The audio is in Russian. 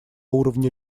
уровне